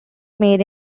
made